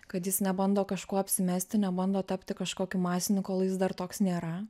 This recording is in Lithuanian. kad jis nebando kažkuo apsimesti nebando tapti kažkokių masinių kol jis dar toks nėra